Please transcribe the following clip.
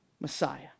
Messiah